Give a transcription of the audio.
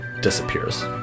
disappears